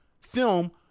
film